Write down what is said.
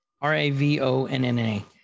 R-A-V-O-N-N-A